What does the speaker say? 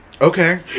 Okay